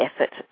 effort